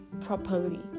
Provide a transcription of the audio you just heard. properly